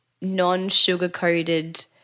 non-sugar-coated